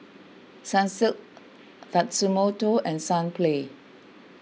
Sunsilk Tatsumoto and Sunplay